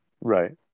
right